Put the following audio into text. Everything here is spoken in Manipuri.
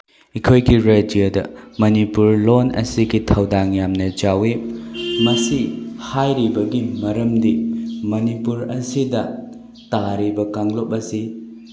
ꯑꯩꯈꯣꯏꯒꯤ ꯔꯥꯏꯖ꯭ꯌꯥꯗ ꯃꯅꯤꯄꯨꯔ ꯂꯣꯜ ꯑꯁꯤꯒꯤ ꯊꯧꯗꯥꯡ ꯌꯥꯝꯅ ꯆꯥꯎꯋꯤ ꯃꯁꯤ ꯍꯥꯏꯔꯤꯕꯒꯤ ꯃꯔꯝꯗꯤ ꯃꯅꯤꯄꯨꯔ ꯑꯁꯤꯗ ꯇꯥꯔꯤꯕ ꯀꯥꯡꯂꯨꯞ ꯑꯁꯤ